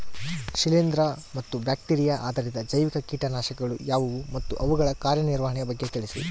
ಶಿಲೇಂದ್ರ ಮತ್ತು ಬ್ಯಾಕ್ಟಿರಿಯಾ ಆಧಾರಿತ ಜೈವಿಕ ಕೇಟನಾಶಕಗಳು ಯಾವುವು ಮತ್ತು ಅವುಗಳ ಕಾರ್ಯನಿರ್ವಹಣೆಯ ಬಗ್ಗೆ ತಿಳಿಸಿ?